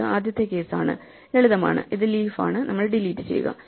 ഇത് ആദ്യത്തെ കേസ് ആണ് ലളിതമാണ് ഇത് ലീഫ് ആണ് നമ്മൾ ഡിലീറ്റ് ചെയ്യുക